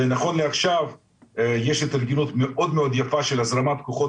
ונכון לעכשיו יש התארגנות מאד מאד יפה של הזרמת כוחות